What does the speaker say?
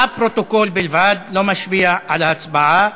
לפרוטוקול בלבד, לא משפיע על ההצבעה.